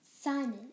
Simon